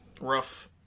rough